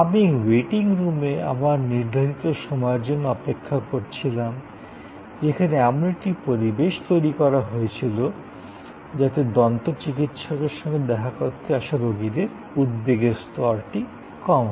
আমি ওয়েটিং রুমে আমার নির্ধারিত সময়ের জন্য অপেক্ষা করছিলাম যেখানে এমন একটি পরিবেশ তৈরি হয়েছিল যাতে দন্ত চিকিৎসকের সঙ্গে দেখা করতে আসা রোগীদের উদ্বেগের স্তরটি কম হয়